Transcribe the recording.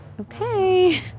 Okay